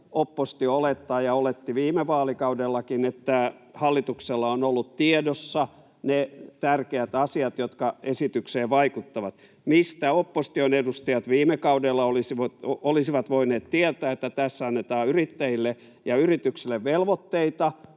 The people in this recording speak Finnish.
oppositio olettaa ja oletti viime vaalikaudellakin, että hallituksella ovat olleet tiedossa ne tärkeät asiat, jotka esitykseen vaikuttavat. Mistä opposition edustajat viime kaudella olisivat voineet tietää, että tässä annetaan yrittäjille ja yrityksille velvoitteita